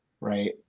right